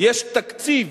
יש תקציב